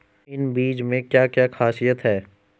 इन बीज में क्या क्या ख़ासियत है?